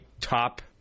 top